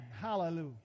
Hallelujah